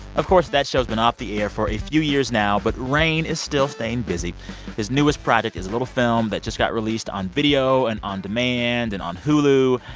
of course, that show's been off the air for a few years now, but rainn is still staying busy his newest project is a little film that just got released on video and on demand and on hulu.